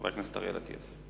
חבר הכנסת אריאל אטיאס.